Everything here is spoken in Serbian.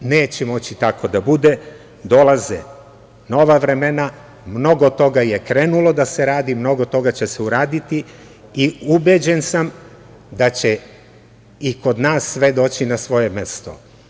Neće moći tako da bude dolaze nova vremena, mnogo toga je krenulo da se radi, mnogo toga će se uraditi i ubeđen sam da će i kod nas sve doći na svoje mesto.